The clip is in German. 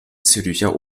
zürcher